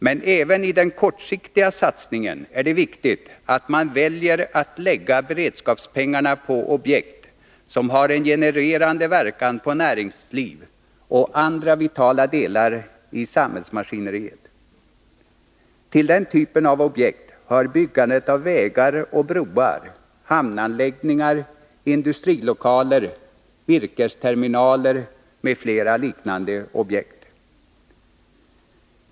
Men även i den kortsiktiga satsningen är det viktigt att man väljer att lägga beredskapspengarna på objekt som har en genererande verkan på näringsliv och andra vitala delar i samhällsmaskineriet. Till den typen av objekt hör byggandet av vägar och broar, hamnanläggningar, industrilokaler, virkesterminaler, m.fl. liknande objekt.